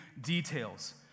details